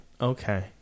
Okay